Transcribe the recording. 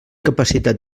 capacitat